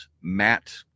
Matt